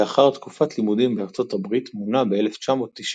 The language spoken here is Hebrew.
לאחר תקופת לימודים בארצות הברית מונה ב-1990